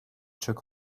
took